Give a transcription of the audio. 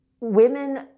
women